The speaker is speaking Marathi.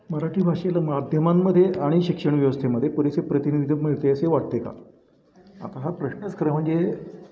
मराठी भाषेला माध्यमांमध्ये आणि शिक्षण व्यवस्थेमध्ये पुरेसे प्रतिनिधित्व मिळते असे वाटते का आता हा प्रश्नच खरं म्हणजे